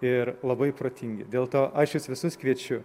ir labai protingi dėl to aš jus visus kviečiu